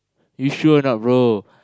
you sure or not bro